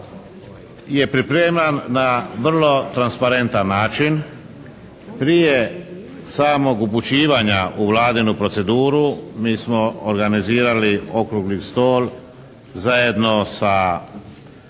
je pripreman na vrlo transparentan način. Prije samog upućivanja u vladinu proceduru mi smo organizirali Okrugli stol zajedno sa